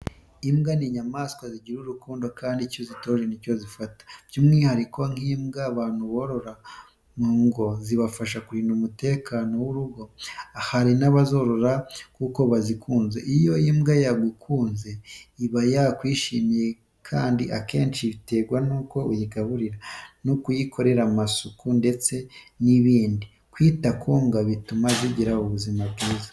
Imbwa ziri munyamaswa zigira urukundo kandi icyo uzitoje ni cyo zifata, by'umwihariko nk'imbwa abantu borora mu ngo zibafasha kurinda umutekano w'urugo, hari n'abazorora kuko bazikunze. Iyo imbwa yagukunze iba yarakwishimiye kandi akenshi biterwa nuko uyigaburira, n'uyikorera amasuku ndete n'ibindi, kwita ku mbwa bituma zigira ubuzima bwiza.